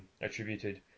attributed